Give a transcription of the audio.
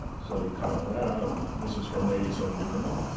so he cut all that out. this is from ladies home journal.